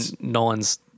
Nolan's